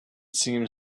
seemed